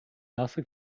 nasse